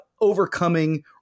overcoming